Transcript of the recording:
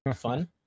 fun